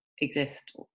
exist